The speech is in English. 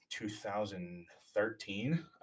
2013